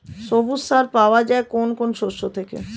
সবুজ সার পাওয়া যায় কোন কোন শস্য থেকে?